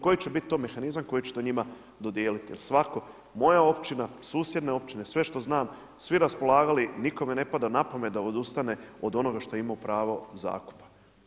Koji će to biti mehanizam, koji će to njima dodijeliti, jer svatko, moja općina, susjedne općine, sve što znam, svi raspolagali, nikome ne pada na pamet, da odustane, od onoga što je imao pravo zakona.